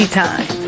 time